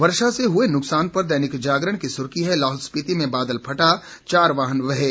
वर्षा से हुए नुकसान पर दैनिक जागरण की सुर्खी है लाहुल स्पीति में बादल फटा चार वाहन बहे